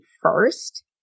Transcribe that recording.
first